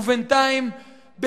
ובינתיים,